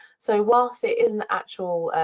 so whilst it isn't actual,